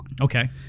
Okay